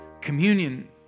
Communion